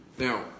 Now